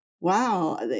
wow